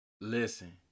listen